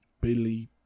Billy